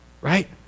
right